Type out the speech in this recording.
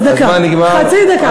חצי דקה.